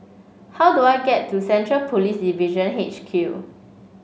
how do I get to Central Police Division H Q